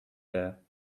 there